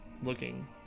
looking